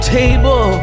table